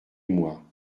moi